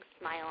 smile